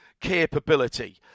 capability